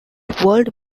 world